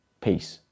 Peace